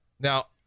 Now